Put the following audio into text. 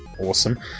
awesome